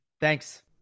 Thanks